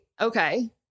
okay